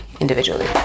individually